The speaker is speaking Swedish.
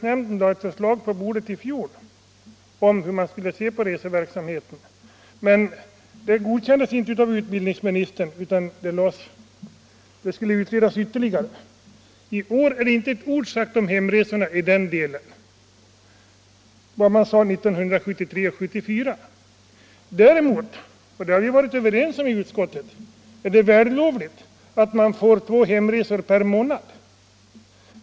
Nämnden lade i fjol ett förslag om reseverksamheten, men det förslaget godkändes inte av utbildningsministern, utan frågan skulle utredas ytterligare. I år sägs i propositionen inte ett ord om de hemresor beträffande vilka riksdagen år 1973 och 1974 gjorde en beställning. Däremot är det vällovligt — och det har vi varit överens om i utskottet — att eleverna får två hemresor per månad.